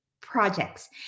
projects